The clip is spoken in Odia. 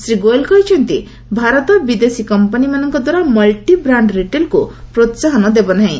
ଶ୍ରୀ ଗୋଏଲ୍ କହିଛନ୍ତି ଭାରତ ବିଦେଶୀ କମ୍ପାନିମାନଙ୍କ ଦ୍ୱାରା ମଲ୍ଟି ବ୍ରାଣ୍ଡ୍ ରିଟେଲ୍କୁ ପ୍ରୋହାହନ ଦେବନାହିଁ